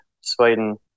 Sweden